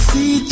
See